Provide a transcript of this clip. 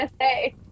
say